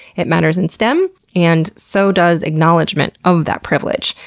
it matters in stem, and so does acknowledgement of that privilege.